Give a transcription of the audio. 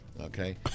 okay